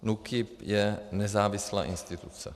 NÚKIB je nezávislá instituce.